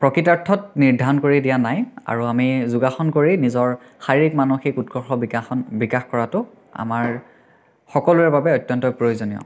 প্ৰকৃতাৰ্থত নিৰ্ধাৰণ কৰি দিয়া নাই আৰু আমি যোগাসন কৰি নিজৰ শাৰীৰিক মানসিক উৎকৰ্ষ বিকাশন বিকাশ কৰাটো আমাৰ সকলোৰে বাবে অত্যন্ত প্ৰয়োজনীয়